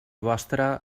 vostre